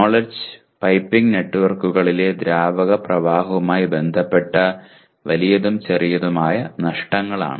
knowledge piping നെറ്റ്വർക്കുകളിലെ ദ്രാവക പ്രവാഹവുമായി ബന്ധപ്പെട്ട വലിയതും ചെറുതുമായ നഷ്ടങ്ങളാണ്